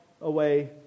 away